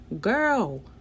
girl